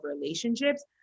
relationships